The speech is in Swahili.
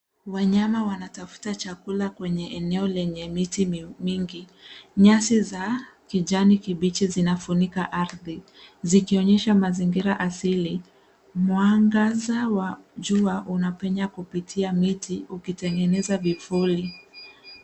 Wanyama wanatafuta chakula kwenye eneo lenye miti mingi. Nyasi za kijani kibichi zinafunika ardhi, zikionyesha mazingira asili. Mwangaza wa jua unapenya kupitia miti ukitengeneza vifuli.